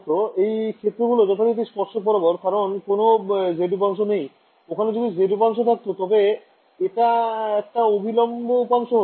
→ এই ক্ষেত্র গুলো যথারীতি স্পর্শক বরাবর কারণ কোন z উপাংশ নেই ওখানে যদি z উপাংশ থাকতো তবে এটা একটা অভিলম্ব উপাংশ হত